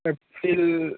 April